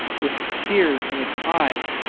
with tears in its eyes,